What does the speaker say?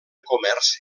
comerç